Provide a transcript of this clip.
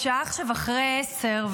השעה עכשיו אחרי 10:00,